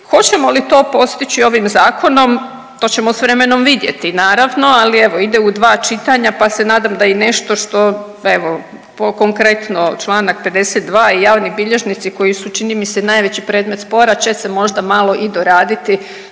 Hoćemo li to postići ovim zakonom to ćemo s vremenom vidjeti naravno, ali evo ide u dva čitanja, pa se nadam da i nešto što evo konkretno čl. 52. i javni bilježnici koji su čini mi se najveći predmet spora će se možda malo i doraditi